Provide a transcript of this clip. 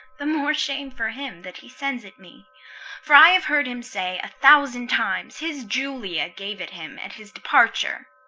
the more shame for him that he sends it me for i have heard him say a thousand times his julia gave it him at his departure.